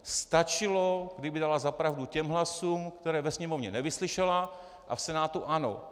Stačilo, kdyby dala za pravdu těm hlasům, které ve Sněmovně nevyslyšela a v Senátu ano.